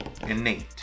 innate